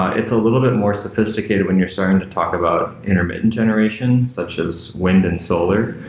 ah it's a little bit more sophisticated when you're starting to talk about intermittent generation, such as wind and solar.